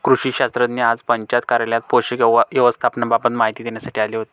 कृषी शास्त्रज्ञ आज पंचायत कार्यालयात पोषक व्यवस्थापनाबाबत माहिती देण्यासाठी आले होते